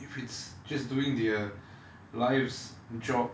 if it's just doing their lives job